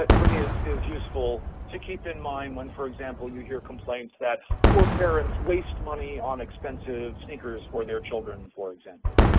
but for me, is is useful to keep in mind when, for example, you hear complaints that poor parents waste money on expensive sneakers for their children, and for example.